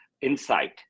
InSight